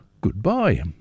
goodbye